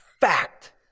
fact